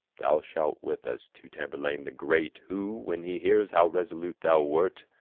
thou shalt with us to tamburlaine the great, who, when he hears how resolute thou wert,